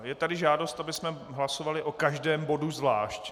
Je tady žádost, abychom hlasovali o každém bodu zvlášť.